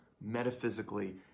metaphysically